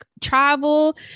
travel